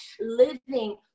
living